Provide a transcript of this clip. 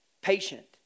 patient